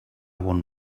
bon